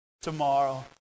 tomorrow